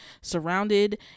surrounded